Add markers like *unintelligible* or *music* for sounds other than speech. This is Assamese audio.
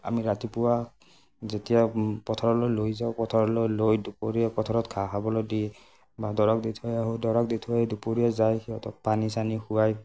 আমি ৰাতিপুৱা যেতিয়া পথাৰলৈ লৈ যাওঁ পথাৰলৈ লৈ দুপৰীয়া পথাৰত ঘাঁহ খাবলৈ দি বা *unintelligible* দি থৈ আহোঁ *unintelligible* দি থৈ দুপৰীয়া যায় সিহঁতক পানী চানী খোৱাই